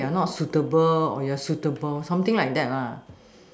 so you are not suitable or you are suitable something like that